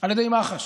על ידי מח"ש